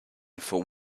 for